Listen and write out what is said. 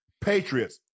Patriots